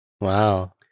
Wow